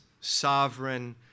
sovereign